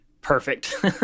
perfect